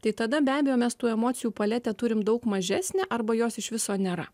tai tada be abejo mes tų emocijų paletę turim daug mažesnę arba jos iš viso nėra